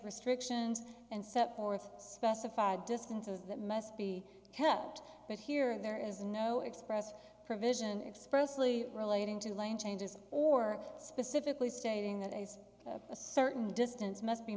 restrictions and set forth specified distances that must be kept but here there is no express provision expressly relating to lane changes or specifically stating that as a certain distance must be